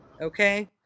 okay